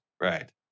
Right